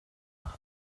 nach